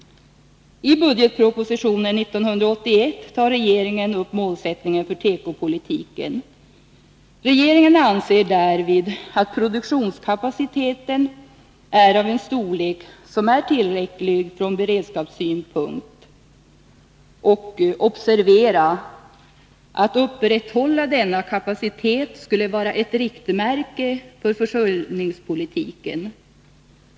I budgetpropositionen 1981 tog regeringen upp målsättningen för tekopolitiken. Regeringen ansåg därvid att den dåvarande produktionskapaciteten var av en storlek som var tillräcklig från beredskapssynpunkt. Att upprätthålla denna kapacitet skulle vara ett riktmärke för försörjningspolitiken.